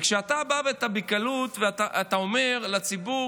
וכשאתה בא ובקלות אומר לציבור: